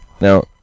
Now